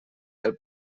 del